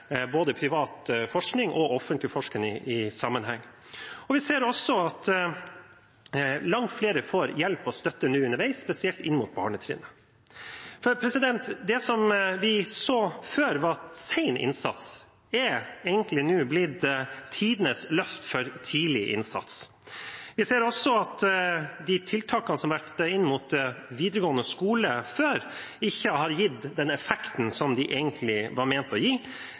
både i offentlig og privat sektor forskes som aldri før. Faktisk har vi nå passert 2 pst. av FoU i Norge, når vi ser privat forskning og offentlig forskning i sammenheng. Vi ser også at langt flere får hjelp og støtte underveis, spesielt på barnetrinnet. Det som før var sen innsats, er egentlig blitt tidenes løft for tidlig innsats. Vi ser også at de tiltakene som var rettet inn mot videregående skole før, ikke har gitt den effekten som de egentlig